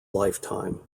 lifetime